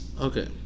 Okay